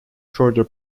further